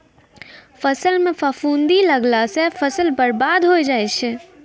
फसल म फफूंदी लगला सँ फसल बर्बाद होय जाय छै